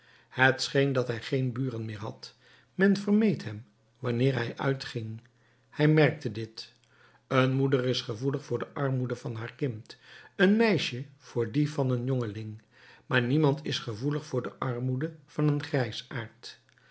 scheen dat hij geen buren meer had men vermeed hem wanneer hij uitging hij merkte dit een moeder is gevoelig voor de armoede van haar kind een meisje voor die van een jongeling maar niemand is gevoelig voor de armoede van een